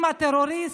עם הטרוריסט,